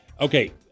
Okay